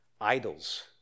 idols